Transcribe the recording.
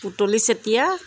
Putali Chetia